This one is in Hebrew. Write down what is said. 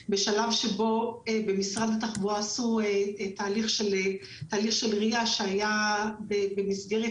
בשלב שבו במשרד התחבורה עשו תהליך של RIA שהיה במסגרת